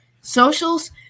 socials